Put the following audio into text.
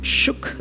shook